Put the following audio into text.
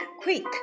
quick